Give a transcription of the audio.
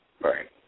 Right